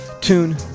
Tune